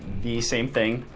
the same thing,